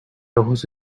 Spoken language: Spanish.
ojos